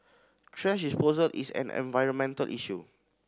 thrash disposal is an environmental issue